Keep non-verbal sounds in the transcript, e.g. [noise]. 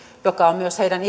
mikä on myös heidän [unintelligible]